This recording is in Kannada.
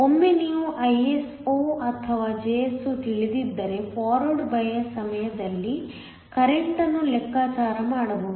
ಒಮ್ಮೆ ನೀವು Iso ಅಥವಾ Jso ತಿಳಿದಿದ್ದರೆ ಫಾರ್ವರ್ಡ್ ಬಯಾಸ್ ಸಮಯದಲ್ಲಿ ಕರೆಂಟ್ಅನ್ನು ಲೆಕ್ಕಾಚಾರ ಮಾಡಬಹುದು